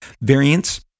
variants